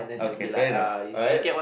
okay fair enough alright